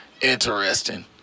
interesting